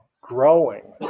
growing